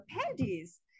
panties